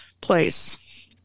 place